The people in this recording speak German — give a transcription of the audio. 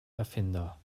erfinder